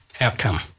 outcome